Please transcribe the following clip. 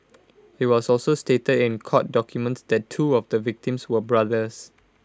he was also stated in court documents that two of the victims were brothers